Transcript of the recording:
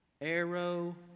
arrow